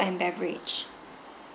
food and beverage